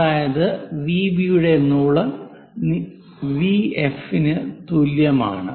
അതായത് വിബിയുടെ നീളം വിഎഫിന് തുല്യമാണ്